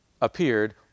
appeared